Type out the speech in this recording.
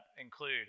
include